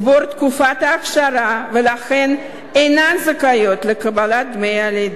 תקופת אכשרה ולכן אינן זכאיות לקבלת דמי לידה.